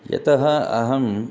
यतः अहम्